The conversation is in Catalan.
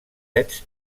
ets